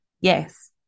yes